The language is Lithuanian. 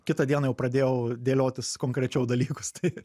kitą dieną jau pradėjau dėliotis konkrečiau dalykus tai